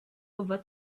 over